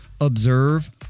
Observe